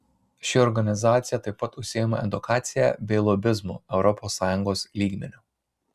ši organizacija taip pat užsiima edukacija bei lobizmu europos sąjungos lygmeniu